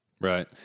Right